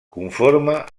conforme